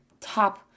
top